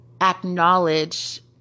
acknowledge